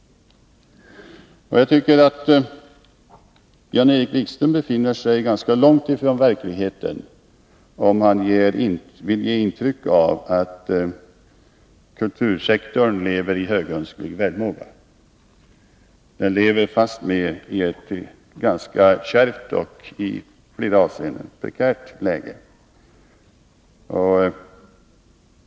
Jag tycker att Jan-Erik Wikström befinner sig ganska långt från verkligheten om han vill ge intryck av att kultursektorn lever i högönskelig välmåga. Den lever fastmer i ett ganska kärvt och i flera avseenden prekärt läge.